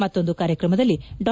ಮತ್ತೊಂದು ಕಾರ್ಯಕ್ರಮದಲ್ಲಿ ಡಾ